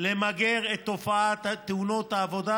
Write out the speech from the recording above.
למגר את תופעת תאונות העבודה